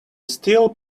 steel